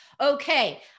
Okay